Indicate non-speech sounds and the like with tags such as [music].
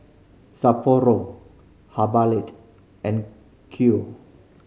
Sapporo [unintelligible] and Q